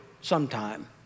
sometime